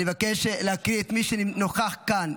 אני מבקש להקריא את מי שנוכח כאן.